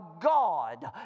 God